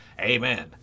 Amen